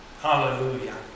Hallelujah